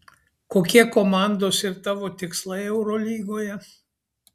kokie komandos ir tavo tikslai eurolygoje